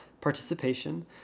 participation